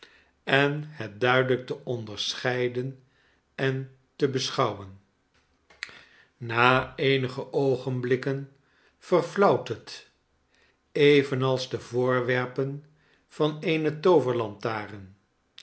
en het duidelijk te onderscheiden en te beschouwen na eenige oogenblikken verfiauwthet evenals de voorwerpen van